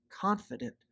confident